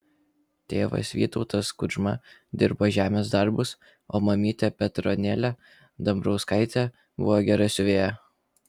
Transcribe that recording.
tėvas vytautas kudžma dirbo žemės darbus o mamytė petronėlė dambrauskaitė buvo gera siuvėja